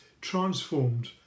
transformed